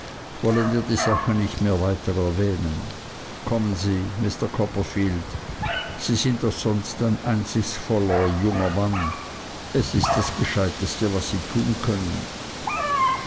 wollen wir die sache nicht mehr weiter erwähnen kommen sie mr copperfield sie sind doch sonst ein einsichtsvoller junger mann es ist das gescheiteste was sie tun können